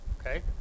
Okay